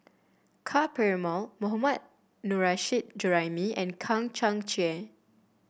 Ka Perumal Mohammad Nurrasyid Juraimi and Kang Chang Chieh